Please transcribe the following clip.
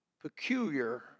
peculiar